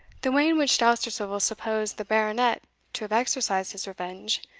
the way in which dousterswivel supposed the baronet to have exercised his revenge,